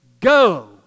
go